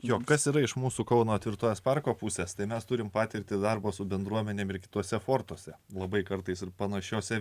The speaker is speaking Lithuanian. juokas yra iš mūsų kauno tvirtovės parko pusės tai mes turime patirtį darbo su bendruomene ir kituose fortuose labai kartais ir panašiose